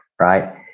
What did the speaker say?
right